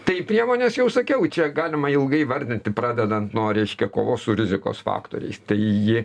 tai priemonės jau sakiau čia galima ilgai vardinti pradedant nuo reiškia kovos su rizikos faktoriais tai